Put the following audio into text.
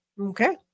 Okay